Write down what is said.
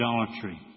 idolatry